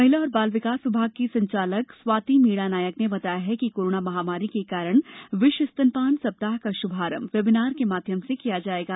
महिला और बाल विकास विभाग की संचालक स्वाती मीणा नायक ने बताया कि कोरोना महामारी के कारण विश्व स्तनपान सप्ताह का शुभारंभ वेबिनार के माध्यम से किया जायेगा